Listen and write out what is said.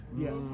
Yes